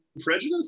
Prejudice